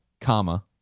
comma